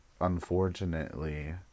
unfortunately